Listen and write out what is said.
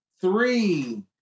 Three